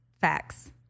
Facts